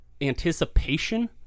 anticipation